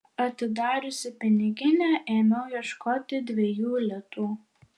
atidariusi piniginę ėmiau ieškoti dviejų litų